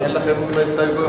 אין לכם הסתייגויות.